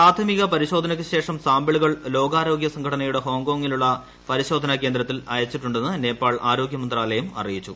പ്രാഥമിക പരിശോധനയ്ക്ക് ശേഷം സാമ്പിളുകൾ ലോകാരോഗ്യ സംഘടനയുടെ ഹോങ്കോങ്ങിലുള്ള പരിശോധന കേന്ദ്രത്തിൽ അയച്ചിട്ടുണ്ടെന്ന് നേപ്പാൾ ആരോഗ്യ മന്ത്രാലയം അറിയിച്ചു